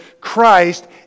christ